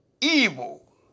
evil